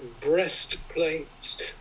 breastplates